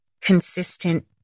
consistent